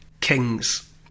Kings